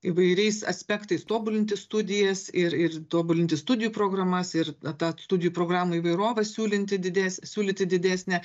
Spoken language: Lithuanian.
įvairiais aspektais tobulinti studijas ir ir tobulinti studijų programas ir e tą studijų programų įvairovę siūlinti dides siūlyti didesnę